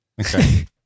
okay